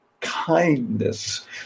kindness